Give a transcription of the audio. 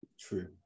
True